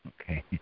Okay